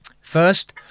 First